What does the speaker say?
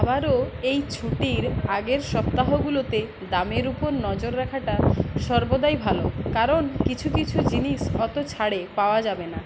আবারও এই ছুটির আগের সপ্তাহগুলোতে দামের উপর নজর রাখাটা সর্বদাই ভালো কারণ কিছু কিছু জিনিস অতো ছাড়ে পাওয়া যাবে না